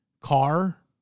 car